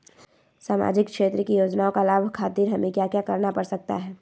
सामाजिक क्षेत्र की योजनाओं का लाभ खातिर हमें क्या क्या करना पड़ सकता है?